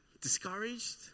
Discouraged